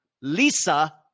Lisa